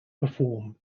perform